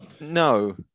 No